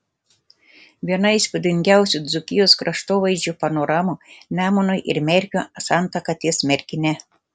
viena įspūdingiausių dzūkijos kraštovaizdžio panoramų nemuno ir merkio santaka ties merkine